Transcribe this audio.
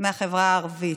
מהחברה הערבית.